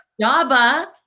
Java